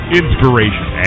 inspiration